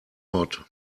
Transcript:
hot